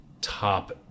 top